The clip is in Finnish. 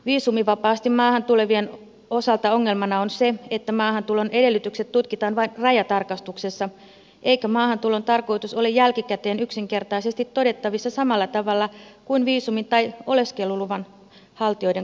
viisumivapaasti maahan tulevien osalta ongelmana on se että maahantulon edellytykset tutkitaan vain rajatarkastuksessa eikä maahantulon tarkoitus ole jälkikäteen yksinkertaisesti todettavissa samalla tavalla kuin viisumin tai oleskeluluvan haltijoiden kohdalla